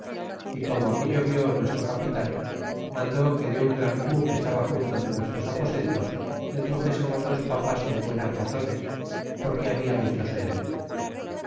y como aquello vi nuestro capitan mandó que de un gran cu que estaba junto de nuestros aposentos le truxésemos dos papas con buenas razones porque habla muchos en él